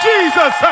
Jesus